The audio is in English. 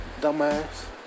dumbass